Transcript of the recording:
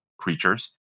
creatures